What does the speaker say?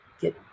get